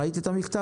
ראית את המכתב?